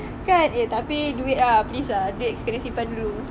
kan eh tapi duit ah please ah duit simpan dulu